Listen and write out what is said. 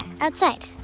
outside